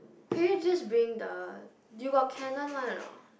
can you just bring the you got Canon one or not